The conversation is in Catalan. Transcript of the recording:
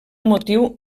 motiu